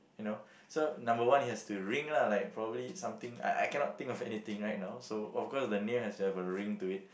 you know so number one it has to ring lah like probably something I I cannot think of anything right now so of course the name has to have a ring to it